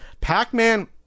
Pac-Man